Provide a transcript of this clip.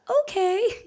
okay